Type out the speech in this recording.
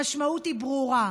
המשמעות היא ברורה,